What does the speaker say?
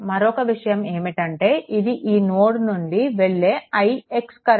మరొక విషయం ఏమిటంటే ఇది ఈ నోడ్ నుండి వెళ్ళే ix కరెంట్